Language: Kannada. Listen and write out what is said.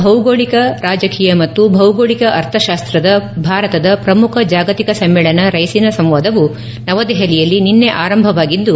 ಭೌಗೋಳಿಕ ರಾಜಕೀಯ ಮತ್ತು ಭೌಗೋಳಿಕ ಅರ್ಥಶಾಸ್ತ್ರದ ಭಾರತದ ಪ್ರಮುಖ ಜಾಗತಿಕ ಸಮ್ಮೇಳನ ರೈಸಿನಾ ಸಂವಾದವು ನವದೆಹಲಿಯಲ್ಲಿ ನಿನ್ನ ಆರಂಭವಾಗಿದ್ದು